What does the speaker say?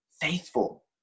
faithful